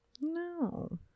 No